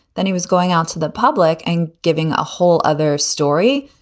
then he was going out to the public and giving a whole other story.